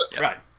Right